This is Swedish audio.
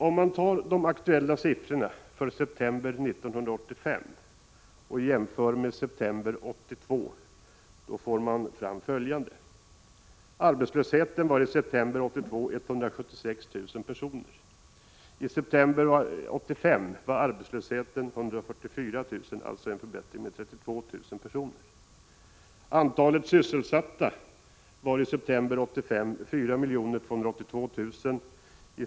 Om man tar de aktuella siffrorna för september 1985 och jämför dem med siffrorna för september 1982 får man fram följande. Antalet sysselsatta var i september 1985 4 282 000. I september 1982 var antalet 4 172 000.